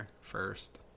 first